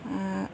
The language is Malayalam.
ആ